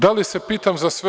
Da li se pitam za sve?